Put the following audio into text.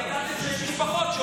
כל עוד יש בישראל, אני מסיים.